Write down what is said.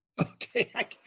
Okay